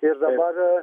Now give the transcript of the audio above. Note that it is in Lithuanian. ir dabar